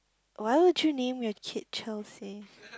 why would you name your kid Chelsea